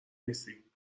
نیستی